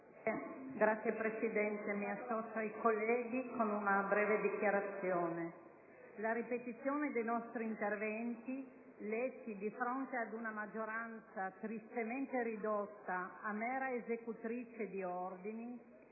Signora Presidente, mi associo ai colleghi con una breve dichiarazione. La ripetizione dei nostri interventi, letti di fronte ad una maggioranza tristemente ridotta a mera esecutrice di ordini,